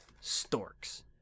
Storks